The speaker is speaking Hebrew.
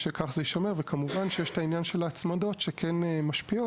כמובן שצריך לשים לב שלרוסיה זה לא עזר.